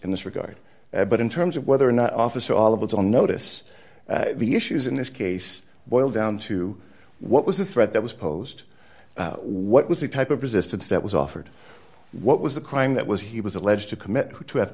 in this regard but in terms of whether or not officer all of us on notice the issues in this case boil down to what was the threat that was posed what was the type of resistance that was offered what was the crime that was he was alleged to commit to have